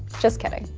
just kidding.